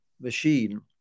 machine